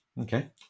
Okay